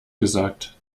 gesagt